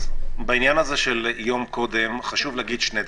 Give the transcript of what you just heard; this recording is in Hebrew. בעניין של יום קודם חשוב להגיד שני דברים.